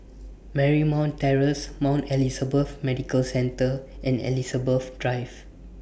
Marymount Terrace Mount Elizabeth Medical Centre and Elizabeth Drive